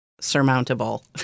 surmountable